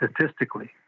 statistically